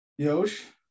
Yosh